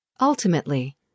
Ultimately